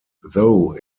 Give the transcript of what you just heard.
though